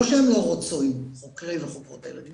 לא שהם לא רוצים חוקרי וחוקרות הילדים,